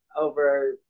over